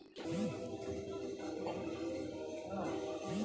ನನ್ನ ಪೆನ್ಶನ್ ಇನ್ನೂ ಬಂದಿಲ್ಲ ಯಾವಾಗ ಬರ್ತದ್ರಿ?